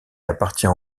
appartient